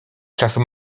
czasu